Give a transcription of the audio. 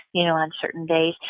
you know on certain days.